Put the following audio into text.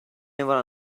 never